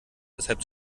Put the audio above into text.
deshalb